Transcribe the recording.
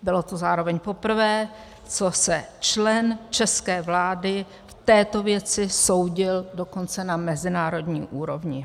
Bylo to zároveň poprvé, co se člen české vlády v této věci soudil dokonce na mezinárodní úrovni.